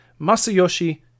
Masayoshi